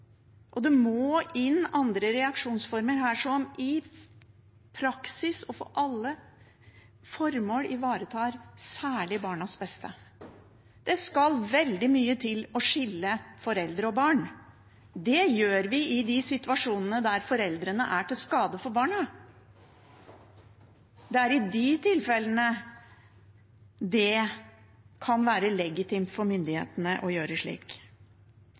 Det må inn andre reaksjonsformer her som i praksis og for alle formål ivaretar særlig barnas beste. Det skal veldig mye til å skille foreldre og barn. Det gjør vi i de situasjonene der foreldrene er til skade for barna. Det er i de tilfellene det kan være legitimt for myndighetene å gjøre slik.